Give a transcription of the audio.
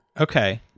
Okay